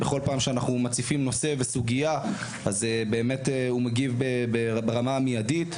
בכל פעם שאנחנו מציפים נושא וסוגיה הוא מגיב ברמה המיידית.